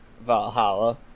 Valhalla